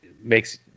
makes